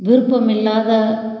விருப்பம் இல்லாத